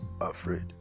afraid